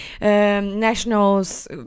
nationals